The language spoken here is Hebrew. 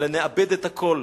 אלא נאבד את הכול.